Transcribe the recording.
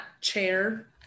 chair